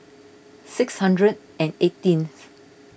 six hundred and eighteenth